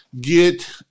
get